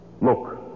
Look